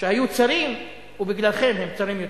שהיו צרים, בגללכם הם צרים יותר.